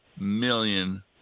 million